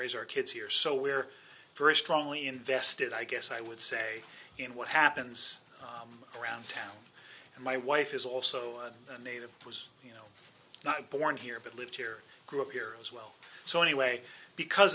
raise our kids here so we're very strongly invested i guess i would say in what happens around town and my wife is also a native was you know not born here but lived here grew up here as well so anyway because